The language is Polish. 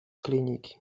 kliniki